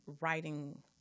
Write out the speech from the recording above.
writing